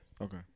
Okay